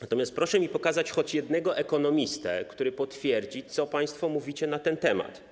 Natomiast proszę mi pokazać choć jednego ekonomistę, który potwierdzi to, co państwo mówicie na ten temat.